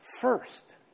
first